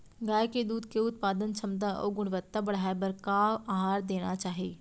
गाय के दूध के उत्पादन क्षमता अऊ गुणवत्ता बढ़ाये बर का आहार देना चाही?